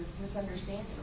misunderstanding